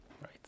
right